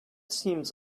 seems